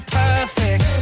perfect